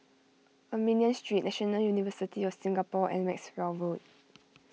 Armenian Street National University of Singapore and Maxwell Road